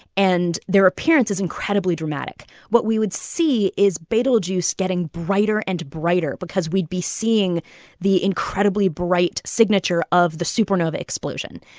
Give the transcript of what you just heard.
and their appearance is incredibly dramatic. what we would see is betelgeuse getting brighter and brighter because we'd be seeing the incredibly bright signature of the supernova explosion.